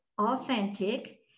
authentic